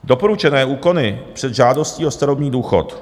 Doporučené úkony před žádostí o starobní důchod.